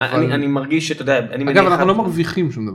אני, אני מרגיש שאתה יודע, אגב אנחנו לא מרוויחים שום דבר.